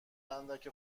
اندک